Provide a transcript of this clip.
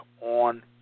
on